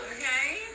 Okay